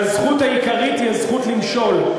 והזכות העיקרית היא הזכות למשול.